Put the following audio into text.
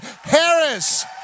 Harris